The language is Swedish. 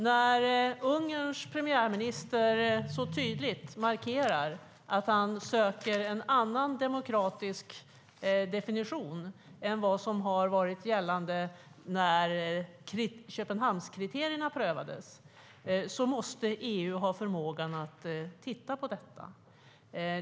När Ungerns premiärminister så tydligt markerar att han söker en annan demokratisk definition än vad som har varit gällande när Köpenhamnskriterierna prövades måste EU ha förmågan att titta på detta.